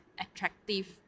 attractive